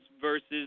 versus